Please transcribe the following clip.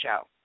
show